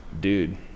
dude